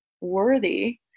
worthy